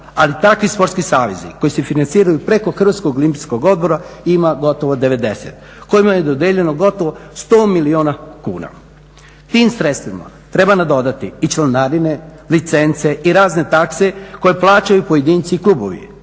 ali takvi sportski savezi koji se financiraju preko Hrvatskog olimpijskog odbora ima gotovo 90 kojima je dodijeljeno 100 milijuna kuna. Tim sredstvima treba nadodati i članarine, licence i razne takse koje plaćaju pojedinci i klubovi.